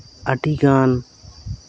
ᱟᱹᱰᱤ ᱜᱟᱱ